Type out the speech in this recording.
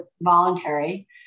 voluntary